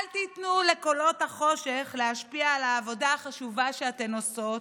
אל תיתנו לקולות החושך להשפיע על העבודה החשובה שאתן עושות.